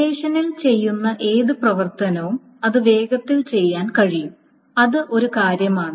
റിലേഷനിൽ ചെയ്യുന്ന ഏത് പ്രവർത്തനവും അത് വേഗത്തിൽ ചെയ്യാൻ കഴിയും അത് ഒരു കാര്യമാണ്